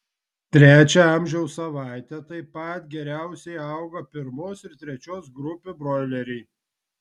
trečią amžiaus savaitę taip pat geriausiai augo pirmos ir trečios grupių broileriai